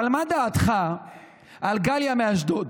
אבל מה דעתך על גליה מאשדוד,